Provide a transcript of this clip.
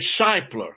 discipler